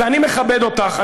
ואני מכבד אותך,